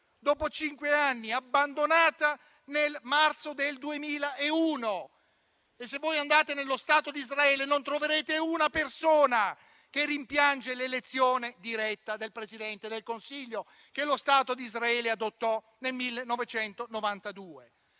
dopo cinque anni, abbandonata nel marzo del 2001. Se voi andate nello Stato di Israele, non troverete una persona che rimpiange l'elezione diretta del Presidente del Consiglio, che lo Stato di Israele adottò nel 1992.